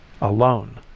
alone